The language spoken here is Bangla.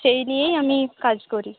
সেই নিয়েই আমি কাজ করি